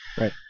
Right